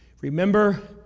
remember